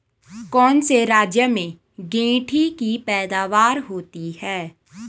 कौन से राज्य में गेंठी की पैदावार होती है?